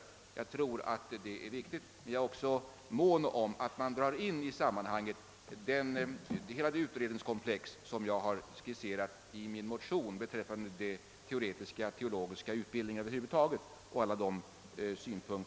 Jag tror att det är viktigt, men jag är också mån om att man i sammanhanget drar in hela det utredningskomplex och alla de synpunkter, som jag har skisserat i min motion beträffande den teoretiska teologiska utbildningen över huvud taget.